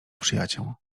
przyjaciół